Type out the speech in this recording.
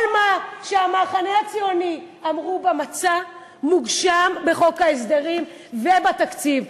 כל מה שהמחנה הציוני אמרו במצע מוגשם בחוק ההסדרים ובתקציב.